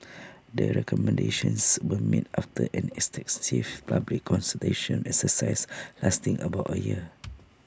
the recommendations were made after an extensive public consultation exercise lasting about A year